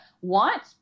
want